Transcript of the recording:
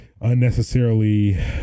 unnecessarily